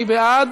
מי בעד?